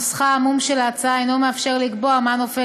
נוסחה העמום של ההצעה אינו מאפשר לקבוע מה נופל